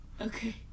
Okay